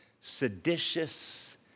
seditious